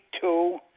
two